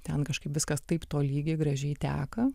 ten kažkaip viskas taip tolygiai gražiai teka